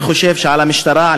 אני חושב שעל המשטרה,